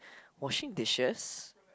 washing dishes